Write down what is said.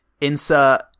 insert